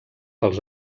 pels